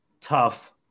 tough